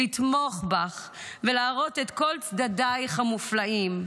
לתמוך בך ולהראות את כל צדדייך המופלאים.